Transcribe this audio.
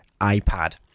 ipad